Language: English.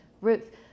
Ruth